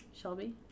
Shelby